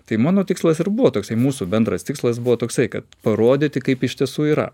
tai mano tikslas ir buvo toksai mūsų bendras tikslas buvo toksai kad parodyti kaip iš tiesų yra